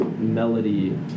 melody